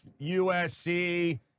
USC